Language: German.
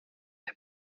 der